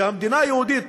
שהמדינה היהודית